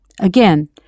Again